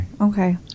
Okay